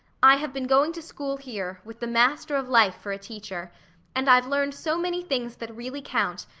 i have been going to school here, with the master of life for a teacher and i've learned so many things that really count,